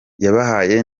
yabahaye